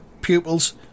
pupils